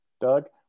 Doug